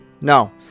No